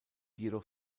jedoch